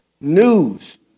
news